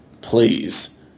Please